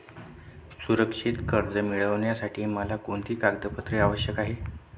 सुरक्षित कर्ज मिळविण्यासाठी मला कोणती कागदपत्रे आवश्यक आहेत